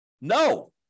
No